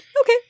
okay